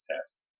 test